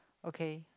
okay